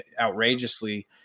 outrageously